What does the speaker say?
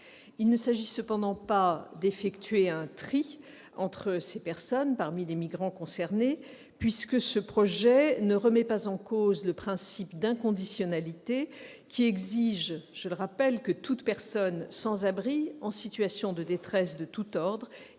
Il ne s'agit pas d'effectuer un tri parmi des migrants concernés, puisque ce projet ne remet pas en cause le principe d'inconditionnalité de l'accueil, qui exige, je le rappelle, que toute personne sans abri et en situation de détresse de tout ordre